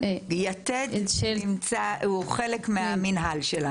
יתד הוא חלק מהמנהל שלנו.